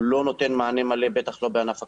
לא נותן מענה מלא בטח לא בענף הכדורגל.